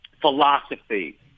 philosophy